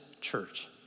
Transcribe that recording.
church